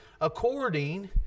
according